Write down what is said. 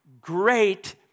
great